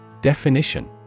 Definition